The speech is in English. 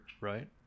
right